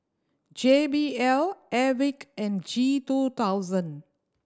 J B L Airwick and G two thousand